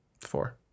Four